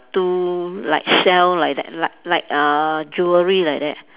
two like shell like that like like uh jewellery like that